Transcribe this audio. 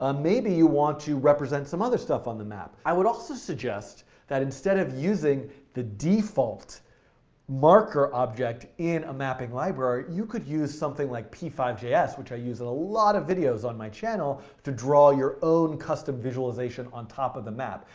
um maybe you want to represent some other stuff on the map. i would also suggest that instead of using the default marker object in a mapping library, you could use something like p five point j s, which i use in a lot of videos on my channel, to draw your own custom visualization on top of the map.